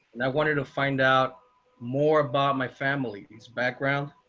and i wanted to find out more about my family's background.